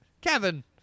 Kevin